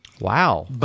Wow